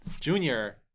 Junior